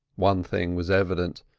one thing was evident,